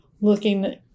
looking